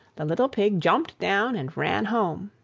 the little pig jumped down and ran home.